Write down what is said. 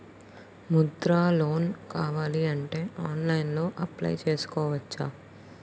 Mudra loan కావాలి అంటే ఆన్లైన్లో అప్లయ్ చేసుకోవచ్చా?